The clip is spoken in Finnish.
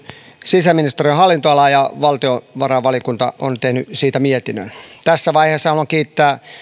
sisäministeriön hallinnonalaa ja valtiovarainvaliokunta on tehnyt siitä mietinnön tässä vaiheessa haluan kiittää